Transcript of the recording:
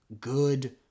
good